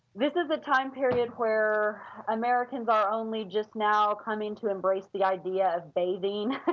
this is the time period where americans are only just now coming to embrace the idea of bathing